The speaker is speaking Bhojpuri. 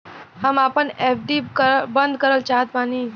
हम आपन एफ.डी बंद करल चाहत बानी